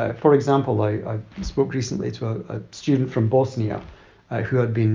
ah for example, i spoke recently to ah a student from bosnia who had been